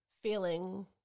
feeling